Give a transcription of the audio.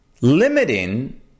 limiting